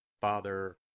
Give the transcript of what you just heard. Father